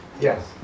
Yes